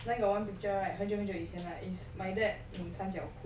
then got one picture right 很久很久以前 right is my dad in 三角裤